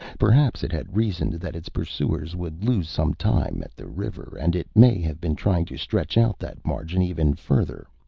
perhaps it had reasoned that its pursuers would lose some time at the river and it may have been trying to stretch out that margin even further.